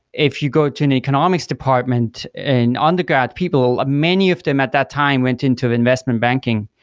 if you go to an economics department and undergrad people, ah many of them at that time went into investment banking,